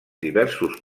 diversos